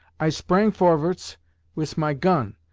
i sprang forvarts wis my gon,